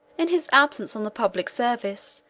in his absence on the public service,